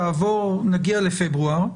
תעבור נגיע לפברואר,